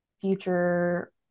future